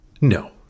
No